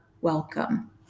welcome